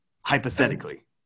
hypothetically